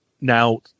Now